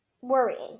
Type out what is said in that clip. worrying